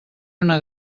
una